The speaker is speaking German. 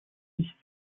nichts